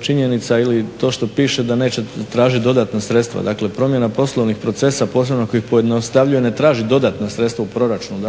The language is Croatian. činjenica ili to što piše da neće tražiti dodatna sredstva. Dakle, promjena poslovnih procesa, posebno kojih pojednostavljuju ne traži dodatna sredstva u proračunu,